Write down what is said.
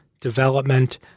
development